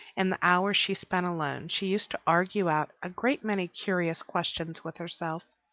in the hours she spent alone, she used to argue out a great many curious questions with herself.